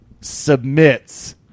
submits